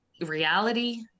reality